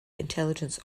intelligence